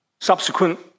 subsequent